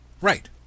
Right